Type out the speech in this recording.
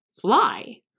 fly